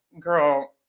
girl